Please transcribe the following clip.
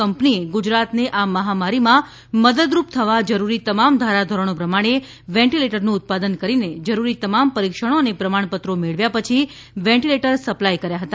કંપનીએ ગુજરાતને આ મહામારીમાં મદદરૂપ થવા જરૂરી તમામ ધારાધોરણો પ્રમાણે વેન્ટિલેટરનું ઉત્પાદન કરીને જરૂરી તમામ પરીક્ષણો અને પ્રમાણપત્રો મેળવ્યા પછી વેન્ટિલેટર સપ્લાય કર્યા હતા